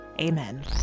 amen